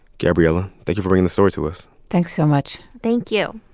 gabrielle, thank you for bringing this story to us thanks so much thank you